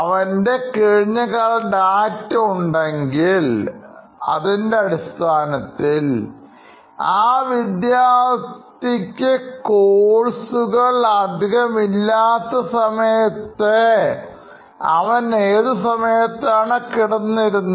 അവൻറെ കഴിഞ്ഞകാലഡാറ്റ ഉണ്ടെങ്കിൽ നിങ്ങൾക്ക് അതിൻറെ അടിസ്ഥാനത്തിൽ ആ വിദ്യാർഥിക്ക്കോഴ്സുകൾ അധികമില്ലാത്ത സമയത്ത് അവൻ ഏതു സമയത്താണ് കിടന്നിരുന്നത്